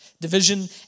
Division